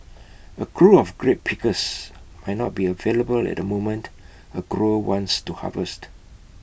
A crew of grape pickers might not be available at the moment A grower wants to harvest